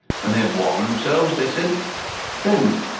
when they had warmed themselves, they said friend,